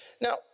Now